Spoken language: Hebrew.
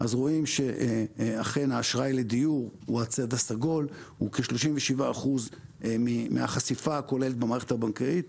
רואים שאכן האשראי לדיור הוא כ-37% מהחשיפה הכוללת במערכת הבנקאית.